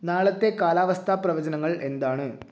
നാളത്തെ കാലാവസ്ഥ പ്രവചനങ്ങൾ എന്താണ്